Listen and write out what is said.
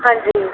ਹਾਂਜੀ